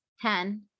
Ten